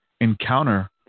encounter